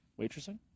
waitressing